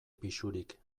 pisurik